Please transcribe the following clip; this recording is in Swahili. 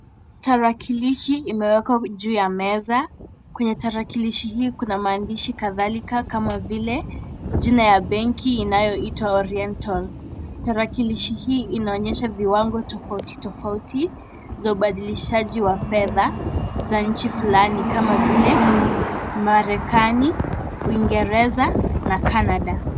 Tarakilishi imewekwa juu ya meza. Kwenye tarakilishi hii kuna maandishi kadhalika kama vile jina ya benki inayoitwa Oriental. Tarakilishi hii inaonyesha viwango tofauti tofauti za ubadilishaji wa fedha za nchi fulani kama vile Marekani, Uingereza na Canada.